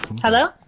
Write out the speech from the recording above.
Hello